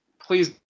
please